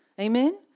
Amen